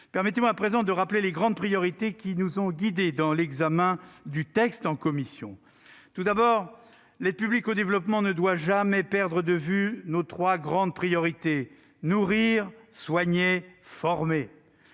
Permettez-moi, à présent, de rappeler les grandes priorités qui nous ont guidés dans l'examen du texte en commission. Premièrement, l'aide publique au développement ne doit jamais perdre de vue nos trois grandes priorités : nourrir, soigner et former.